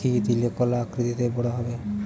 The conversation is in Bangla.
কি দিলে কলা আকৃতিতে বড় হবে?